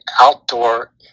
outdoor